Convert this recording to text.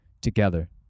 together